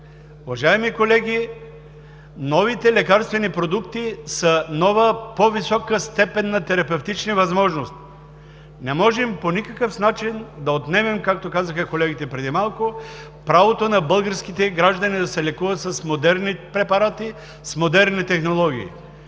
Уважаеми колеги, новите лекарствени продукти са нова по-висока степен на терапевтични възможности. Не можем по никакъв начин да отнемем, както казаха и колегите преди малко, правото на българските граждани да се лекуват с модерни препарати, с модерни технологии.